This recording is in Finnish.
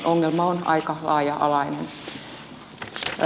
ongelma on aika laaja alainen